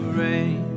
rain